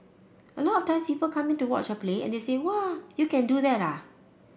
a lot of time people coming to watch a play and they say whoa you can do that ah